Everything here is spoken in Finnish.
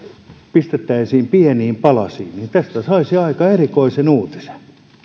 pistettäisiin pieniin palasiin niin tästä saisi aika erikoisen uutisen